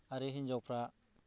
आरो हिनजावफ्रा